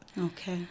Okay